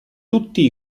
tutti